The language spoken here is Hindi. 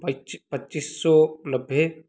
बाईच पच्चीस सौ नब्बे